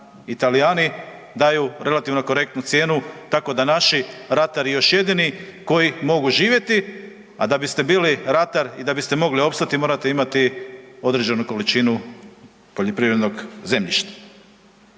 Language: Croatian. Talijani daju relativno korektnu cijenu, tako da naši ratari još jednini koji mogu živjeti, a da biste bili ratar i da biste mogli opstati, morate imati određenu količinu poljoprivrednog zemljišta.